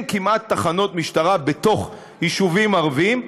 כמעט תחנות משטרה בתוך יישובים ערביים,